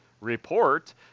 report